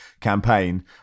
campaign